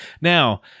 Now